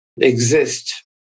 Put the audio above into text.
exist